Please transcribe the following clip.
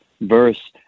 verse